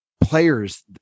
players